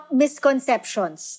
misconceptions